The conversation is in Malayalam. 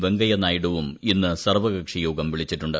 വെങ്കയ്യനായിഡുവും ഇന്ന് സർവ്വകക്ഷി യോഗം വിളിച്ചിട്ടുണ്ട്